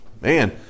man